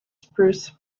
spruce